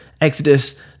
Exodus